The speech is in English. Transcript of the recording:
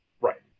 Right